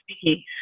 speaking